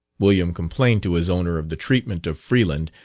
william complained to his owner of the treatment of freeland,